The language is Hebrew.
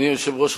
אדוני היושב-ראש,